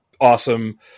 awesome